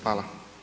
Hvala.